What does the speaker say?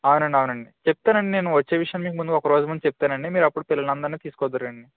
అవునండీ అవునండీ చెప్తానండి నేను వచ్చే విషయం మీకు ముందు ఒకరోజు ముందు చెప్తానండి అప్పుడు మీరు పిల్లలందరిని తీసుకొద్దూరు కానీ